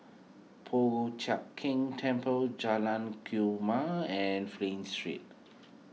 Po Chiak Keng Temple Jalan Kumia and Flint Street